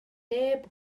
neb